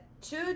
two